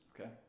Okay